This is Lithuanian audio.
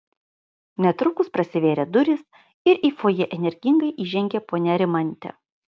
netrukus prasivėrė durys ir į fojė energingai įžengė ponia rimantė